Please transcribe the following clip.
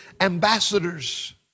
ambassadors